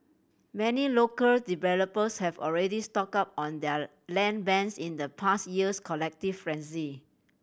many local developers have already stocked up on their land banks in the past year's collective frenzy